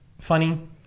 funny